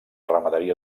ramaderia